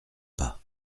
pas